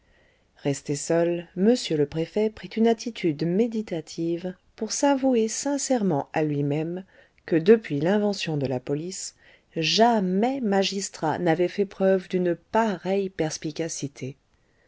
resté seul m le préfet prit une attitude méditative pour s'avouer sincèrement à lui-même que depuis l'invention de la police jamais magistrat n'avait fait preuve d'une pareille perspicacité